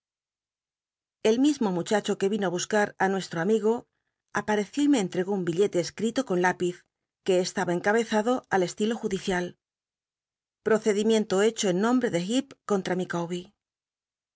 el mismo mucbacbo que vino á buscar á nuestro amigo apareció r me entregó un billete csci'ilo con tapiz que estaba encabezado al estilo judicial ocedimien lo hecho en nombre de llecp conlta